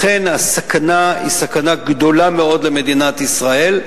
לכן הסכנה היא סכנה גדולה מאוד למדינת ישראל.